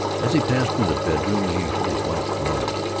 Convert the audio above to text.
as he passed through the bedroom he heard his wife groan.